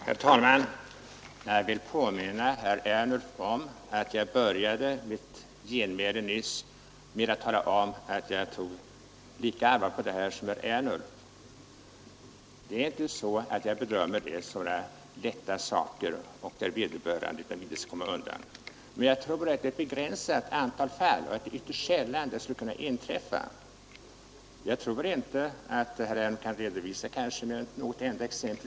Herr talman! Jag vill påminna herr Ernulf om att jag började mitt genmäle nyss med att tala om att jag såg lika allvarligt på det här problemet som herr Ernulf. Jag bedömer inte detta som några lätta lagöverträdelser, där vederbörande bereds tillfälle att komma undan, men jag tror att antalet fall är begränsat och att det är ytterst sällan som sådant här inträffar. Jag tror inte att herr Ernulf skulle kunna redovisa mer än något enda exempel.